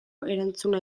erantzuna